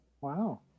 Wow